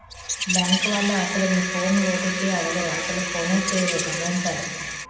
bank వాళ్లు అసలు మీ ఫోన్ ఓ.టి.పి అడగరు అసలు ఫోనే చేయరు గమనించాలి